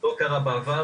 זה לא קרה בעבר,